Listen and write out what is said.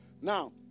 Now